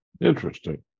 Interesting